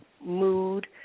mood